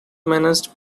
managed